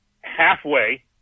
halfway